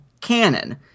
canon